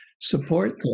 support